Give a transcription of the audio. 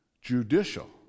judicial